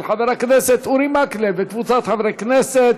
של חבר הכנסת אורי מקלב וקבוצת חברי הכנסת.